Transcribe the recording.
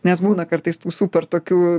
nes būna kartais tų super tokių